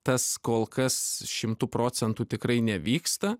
tas kol kas šimtu procentų tikrai nevyksta